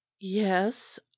yes